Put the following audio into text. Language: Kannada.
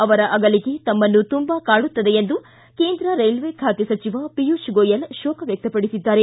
ಅವರ ಅಗಲಿಕೆ ತಮ್ಮನ್ನು ತುಂಬಾ ಕಾಡುತ್ತದೆ ಎಂದು ಕೇಂದ್ರ ರೈಲ್ವೆ ಖಾತೆ ಸಚಿವ ಪಿಯುಷ್ ಗೋಯಲ್ ಶೋಕ ವ್ಯಕ್ತಪಡಿಸಿದ್ದಾರೆ